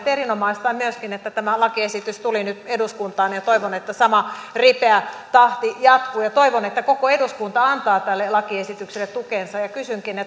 mutta erinomaista on myöskin että tämä lakiesitys tuli nyt eduskuntaan ja toivon että sama ripeä tahti jatkuu toivon että koko eduskunta antaa tälle lakiesitykselle tukensa ja kysynkin